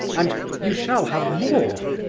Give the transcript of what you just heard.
and you shall have more.